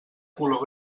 color